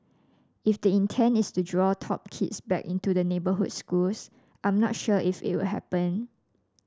if the intent is to draw top kids back into the neighbourhood schools I'm not sure if it will happen